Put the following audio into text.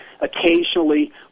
occasionally